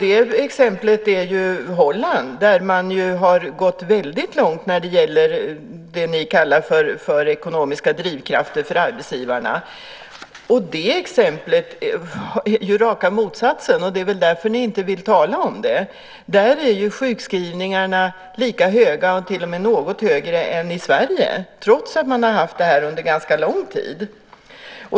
Ett sådant är Holland, där man har gått långt när det gäller det som ni kallar för ekonomiska drivkrafter för arbetsgivarna. Det exemplet är ju raka motsatsen, och det är väl därför ni inte vill tala om det. I Holland är sjukskrivningstalen lika höga som i Sverige, och till och med något högre, trots att man har haft det här under ganska lång tid.